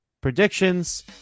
predictions